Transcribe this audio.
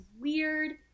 weird